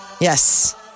Yes